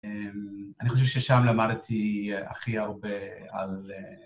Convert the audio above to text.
אני חושב ששם למדתי הכי הרבה על...